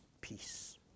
peace